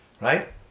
Right